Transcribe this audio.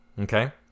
okay